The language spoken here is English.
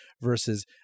versus